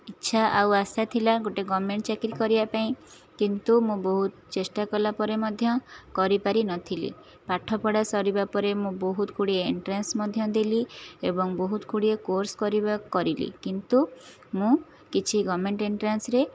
ଇଚ୍ଛା ଆଉ ଆଶା ଥିଲା ଗୋଟେ ଗଭର୍ଣ୍ଣମେଣ୍ଟ ଚାକିରି କରିବା ପାଇଁ କିନ୍ତୁ ମୁଁ ବହୁତ ଚେଷ୍ଟା କଲାପରେ ମଧ୍ୟ କରିପାରିନଥିଲି ପାଠପଢ଼ା ସରିବାପରେ ମୁଁ ବହୁତ ଗୁଡ଼ିଏ ଏନଟ୍ରାନ୍ସ ମଧ୍ୟ ଦେଲି ଏବଂ ବହୁତ ଗୁଡ଼ିଏ କୋର୍ସ କରିବା କରିଲି କିନ୍ତୁ ମୁଁ କିଛି ଗଭର୍ଣ୍ଣମେଣ୍ଟ ଏନଟ୍ରାନ୍ସରେ